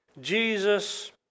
Jesus